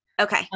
Okay